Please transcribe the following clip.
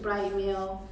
mm